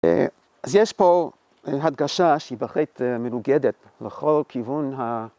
‫אז יש פה הדגשה שהיא בהחלט ‫מנוגדת לכל כיוון ה...